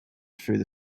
through